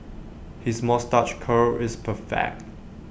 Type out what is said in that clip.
his moustache curl is perfect